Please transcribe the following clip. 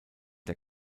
der